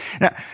Now